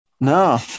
No